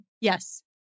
yes